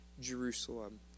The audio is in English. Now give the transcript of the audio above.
Jerusalem